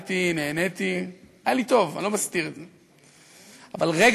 עבדתי, נהניתי, היה לי טוב, אני לא מסתיר את זה.